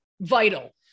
vital